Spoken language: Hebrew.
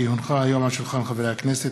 כי הונחו היום על שולחן הכנסת,